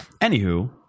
anywho